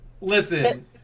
listen